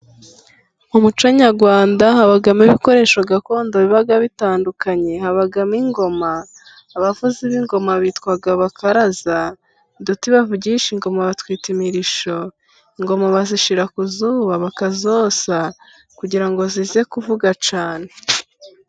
Mu muco nyarwanda habamo ibikoresho gakondo bibaa bitandukanye, habamo ingoma, abavuzi b'ingoma bitwa bakaraza, ndetse uduti bavugisha ingoma batwita imirishyo, ingoma bazishyira ku zuba bakazosa kugira ngo zize kuvuga cyane.